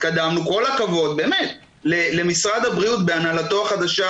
כל הכבוד באמת למשרד הבריאות בהנהלתו החדשה,